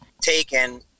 taken